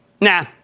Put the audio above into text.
Nah